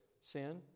Sin